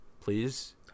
please